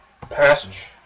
passage